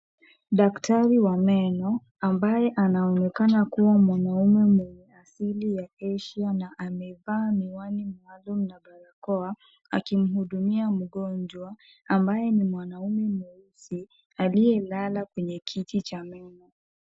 Daktri wa meno ambaye anaonekana kuwa mwanaume mwenye asili ya Asia na amevaa miwani maalum na barakoa, akimuhudumia mgonjwa ambaye ni mwanaume mweusi aliyelala kwenye kiti cha meno.